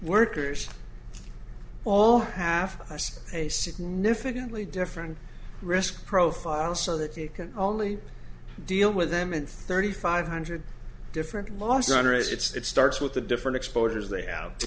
workers all have a significantly different risk profile so that you can only deal with them and thirty five hundred different laws under it's starts with the different exposures they have to